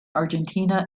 argentina